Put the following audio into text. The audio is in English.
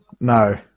No